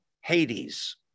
Hades